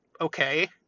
okay